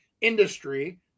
industry